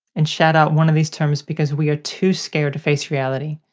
and shout out one of these terms because we are too scared to face reality.